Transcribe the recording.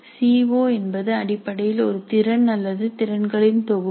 CO என்பது அடிப்படையில் ஒரு திறன் அல்லது திறன்களின் தொகுப்பு